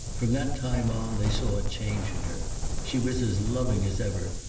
from that time on they saw a change in her she was as loving as ever,